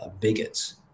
bigots